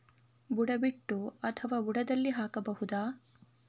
ಬುಡ ಬಿಟ್ಟು ಅಥವಾ ಬುಡದಲ್ಲಿ ಹಾಕಬಹುದಾ?